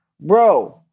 bro